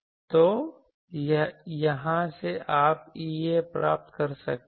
तो यहां से आप EA प्राप्त कर सकते हैं